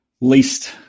Least